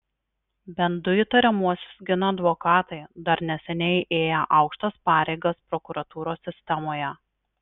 bent du įtariamuosius gina advokatai dar neseniai ėję aukštas pareigas prokuratūros sistemoje